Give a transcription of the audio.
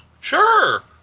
Sure